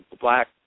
black